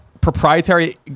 proprietary